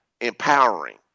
empowering